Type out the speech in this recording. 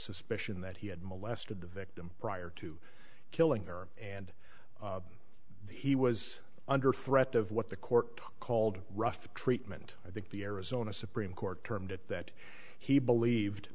suspicion that he had molested the victim prior to killing or and he was under threat of what the court called rough treatment i think the arizona supreme court termed it that he believed